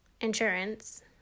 insurance